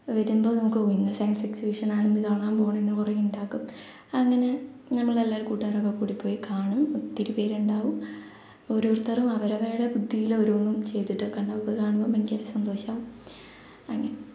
വരുമ്പോൾ നമുക്ക് ഓ ഇന്നു സയൻസ് എക്സിബിഷൻ ആണ് ഇന്ന് കാണാൻ പോകണം ഇന്ന് കുറെ ഉണ്ടാക്കും അങ്ങനെ നമ്മൾ എല്ലാവരും കൂട്ടുകാരൊക്കെ കൂടി പോയി കാണും ഒത്തിരിപ്പേർ ഉണ്ടാകും ഓരോരുത്തരും അവരവരുടെ ബുദ്ധിയിൽ ഓരോന്നും ചെയ്തിട്ടൊക്കെ ഉണ്ടാകും അത് കാണുമ്പോൾ ഭയങ്കര സന്തോഷമാകും അങ്ങനെ